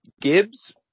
Gibbs